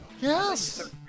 Yes